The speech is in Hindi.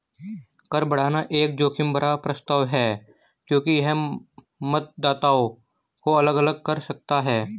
कर बढ़ाना एक जोखिम भरा प्रस्ताव है क्योंकि यह मतदाताओं को अलग अलग कर सकता है